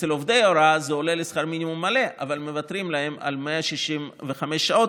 אצל עובדי הוראה זה עולה לשכר מינימום מלא אבל מוותרים להם על 165 שעות.